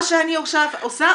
מה שאני עכשיו עושה,